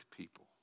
people